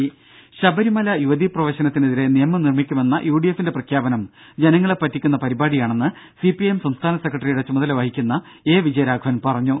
രുമ ശബരിമല യുവതീപ്രവേശനത്തിനെതിരെ നിയമം നിർമിക്കുമെന്ന യുഡിഎഫിന്റെ പ്രഖ്യാപനം ജനങ്ങളെ പറ്റിക്കുന്ന പരിപാടിയാണെന്ന് സിപിഐ എം സംസ്ഥാന സെക്രട്ടറിയുടെ ചുമതല വഹിക്കുന്ന എ വിജയരാഘവൻ പറഞ്ഞു